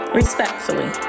respectfully